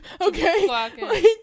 Okay